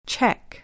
Check